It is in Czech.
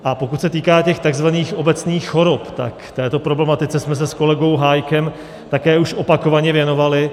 A pokud se týká těch takzvaných obecných chorob, tak této problematice jsme se s kolegou Hájkem také už opakovaně věnovali.